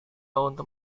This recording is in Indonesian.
untuk